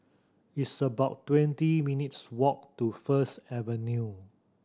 it's about twenty minutes' walk to First Avenue